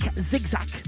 Zigzag